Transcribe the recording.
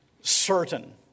certain